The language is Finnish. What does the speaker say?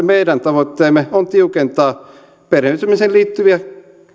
meidän tavoitteemme on tiukentaa perheenyhdistämiseen liittyviä